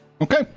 Okay